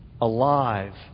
alive